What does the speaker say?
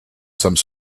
some